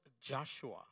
Joshua